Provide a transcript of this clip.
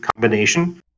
combination